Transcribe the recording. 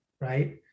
right